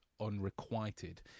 unrequited